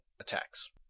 attacks